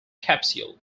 capsule